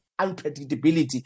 unpredictability